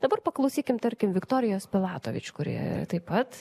dabar paklausykim tarkim viktorijos pilatovič kuri taip pat